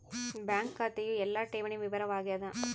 bank ಖಾತೆಯು ಎಲ್ಲ ಠೇವಣಿ ವಿವರ ವಾಗ್ಯಾದ